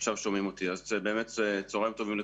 צוהריים טובים.